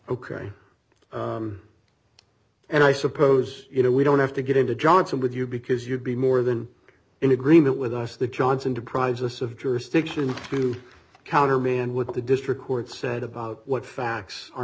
ok and i suppose you know we don't have to get into johnson with you because you'd be more than in agreement with us that johnson deprives us of jurisdiction to countermand with the district court said about what facts are